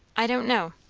i don't know.